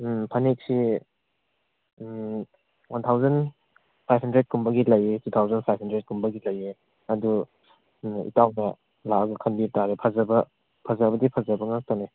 ꯐꯅꯦꯛꯁꯦ one thousand ꯐꯥꯏꯕ hundred ꯀꯨꯝꯕꯒꯤ ꯂꯩꯌꯦ ꯇꯨ ꯊꯥꯎꯖꯟ ꯐꯥꯏꯕ ꯍꯟꯗ꯭ꯔꯦꯗ ꯀꯨꯝꯕꯒꯤ ꯂꯩꯌꯦ ꯑꯗꯨ ꯏꯇꯥꯎꯅ ꯂꯥꯛꯂꯒ ꯈꯟꯕꯤꯕ ꯇꯥꯔꯦ ꯐꯖꯕꯗꯤ ꯐꯖꯕ ꯉꯥꯛꯇꯅꯦ